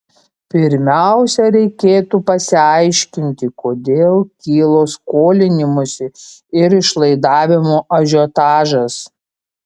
pirmiausia reikėtų pasiaiškinti kodėl kilo skolinimosi ir išlaidavimo ažiotažas